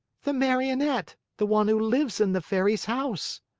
the marionette the one who lives in the fairy's house.